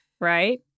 Right